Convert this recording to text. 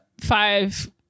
five